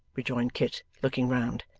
rejoined kit, looking round.